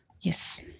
Yes